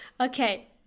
Okay